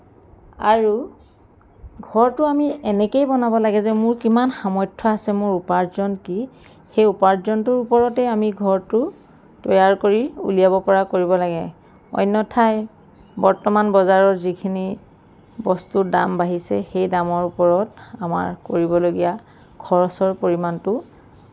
আৰু ঘৰটো আমি এনেকৈয়ে বনাব লাগে যে মোৰ কিমান সামৰ্থ্য আছে মোৰ উপাৰ্জন কি সেই উপাৰ্জনটোৰ ওপৰতে আমি ঘৰটো তৈয়াৰ কৰি উলিয়াব পৰা কৰিব লাগে অন্যথা বৰ্তমান বজাৰত যিখিনি বস্তুৰ দাম বাঢ়িছে সেই দামৰ ওপৰত আমাৰ কৰিবলগীয়া খৰচৰ পৰিমাণটো